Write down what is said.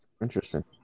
Interesting